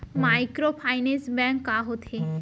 Microfinance bank का होथे?